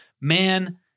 Man